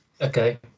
Okay